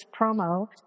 promo